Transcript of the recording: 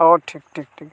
ᱦᱳᱭ ᱴᱷᱤᱠ ᱴᱷᱤᱠ ᱴᱷᱤᱠ